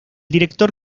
director